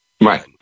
Right